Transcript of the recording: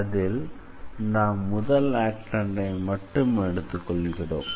அதில் நாம் முதல் ஆக்டெண்ட் ஐ மட்டும் எடுத்துக் கொள்கிறோம்